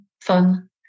fun